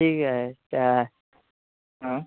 ठीक आहे त्या